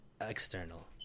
external